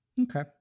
Okay